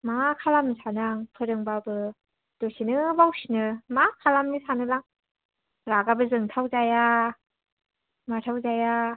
मा खालामनो सानो आं फोरोंबाबो दसेनो बावफिनो मा खालामनो सानोलां रागाबो जोंथाव जाया माथावजाया